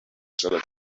seller